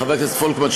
חבר הכנסת פולקמן,